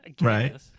right